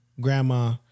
grandma